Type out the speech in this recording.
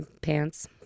pants